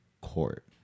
Court